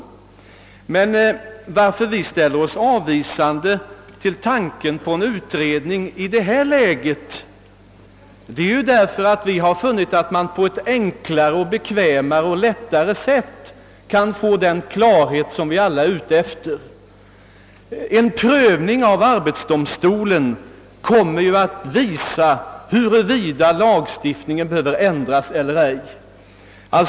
Anledningen till att vi ställer oss avvisande till tanken på en utredning i detta läge är att vi har funnit att man på ett enklare och bekvämare sätt kan få den klarhet som vi alla vill skapa. En prövning av arbetsdomstolen kommer att visa huruvida lagstiftningen behöver ändras eller ej.